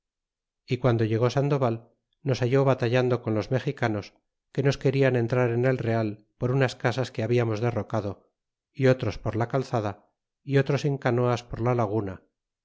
y guando llegó sandoval nos halló batallando con los mexicanos que nos querian entrar en el real por unas casas que habíamos derrocado y otros por la calzada y otros en canoas por la laguna